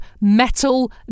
metal